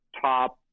top